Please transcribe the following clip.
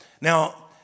Now